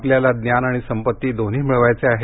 आपल्याला ज्ञान आणि संपत्ती दोन्ही मिळवायचे आहेत